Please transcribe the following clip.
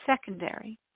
secondary